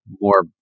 more